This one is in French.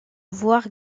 voir